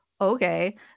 okay